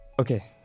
Okay